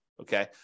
Okay